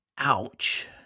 ouch